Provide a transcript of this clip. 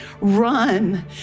run